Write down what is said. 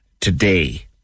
today